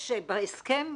יש בהסכם מ-80',